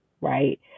right